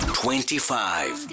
twenty-five